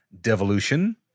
Devolution